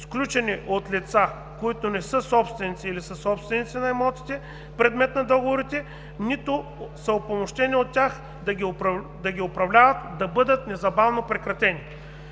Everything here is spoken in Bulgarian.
сключени от лица, които не са собственици или съсобственици на имотите – предмет на договорите, нито са упълномощени от тях да ги управляват, да бъдат незабавно прекратени.